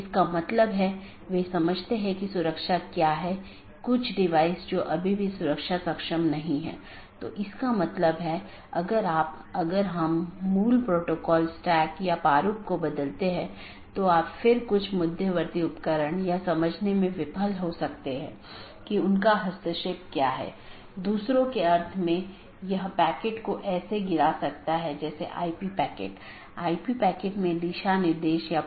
इसका मतलब है कि यह एक प्रशासनिक नियंत्रण में है जैसे आईआईटी खड़गपुर का ऑटॉनमस सिस्टम एक एकल प्रबंधन द्वारा प्रशासित किया जाता है यह एक ऑटॉनमस सिस्टम हो सकती है जिसे आईआईटी खड़गपुर सेल द्वारा प्रबंधित किया जाता है